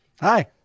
Hi